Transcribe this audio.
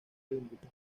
olímpico